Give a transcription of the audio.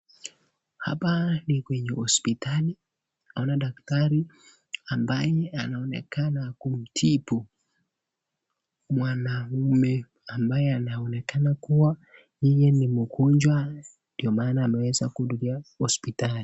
Hapa ni kwenye hospitali. Naona daktari ambaye anaonekana kumtibu mwanaume ambaye anaonekana kuwa yeye ni mgonjwa ndio maana ameweza kuhudhuria hospitali.